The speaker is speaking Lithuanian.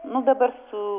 nuo dabar su